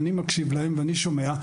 אני מקשיב להם ושומע,